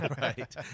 Right